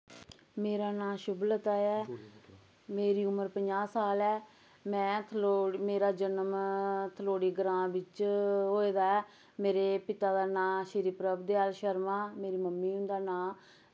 मेरा नांऽ शुभलता ऐ मेरी उमर पंजा साल ऐ में थालोड़ मेरा जनम थलोड़ी ग्रांऽ बिच्च होए दा ऐ मेरे पिता दा नांऽ श्री प्रभ दयाल शर्मा मेरी मम्मी हुं'दा नांऽ